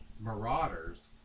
marauders